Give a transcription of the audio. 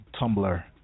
Tumblr